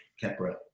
Capra